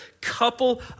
couple